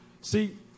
See